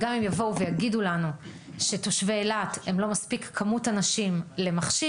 גם אם יבואו ויגידו לנו שתושבי אילת הם לא כמות מספיקה של אנשים למכשיר,